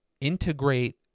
integrate